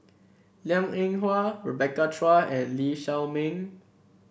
Liang Eng Hwa Rebecca Chua and Lee Shao Meng